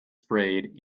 sprayed